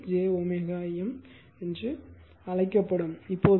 மேலும் இது j wM என அழைக்கப்படும்